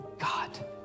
God